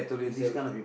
he's a